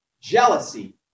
jealousy